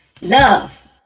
Love